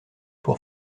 pour